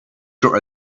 your